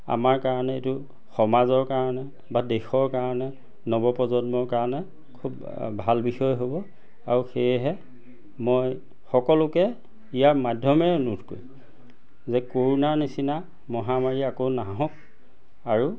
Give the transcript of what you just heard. আমাৰ কাৰণে এইটো সমাজৰ কাৰণে বা দেশৰ কাৰণে নৱপ্ৰজন্মৰ কাৰণে খুব ভাল বিষয় হ'ব আৰু সেয়েহে মই সকলোকে ইয়াৰ মাধ্যমেৰে অনুৰোধ কৰিছো যে ক'ৰোণাৰ নিচিনা মহামাৰী আকৌ নাহক আৰু